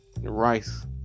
rice